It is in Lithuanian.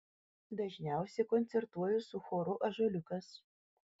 dažniausiai koncertuoju su choru ąžuoliukas